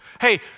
Hey